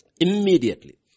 Immediately